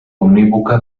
unívoca